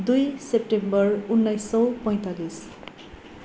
दुई सेप्टेम्बर उन्नाइस सय पैँतालिस